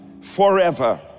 forever